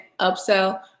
upsell